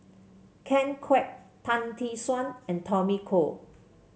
Ken Kwek Tan Tee Suan and Tommy Koh